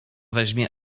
weźmie